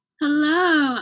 Hello